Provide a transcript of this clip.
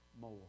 more